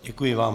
Děkuji vám.